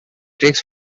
tricks